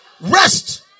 Rest